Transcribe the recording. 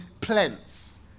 plans